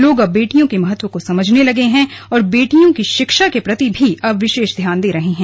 लोग अब बेटियों के महत्व को समझने लगे हैं और बेटियों की शिक्षा के प्रति भी अब विशेष ध्यान दे रहे हैं